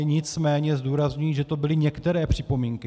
Nicméně zdůrazňuji, že to byly některé připomínky.